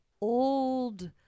old